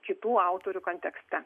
kitų autorių kontekste